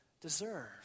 deserve